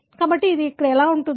కాబట్టి ఇది ఎలా ఉంటుంది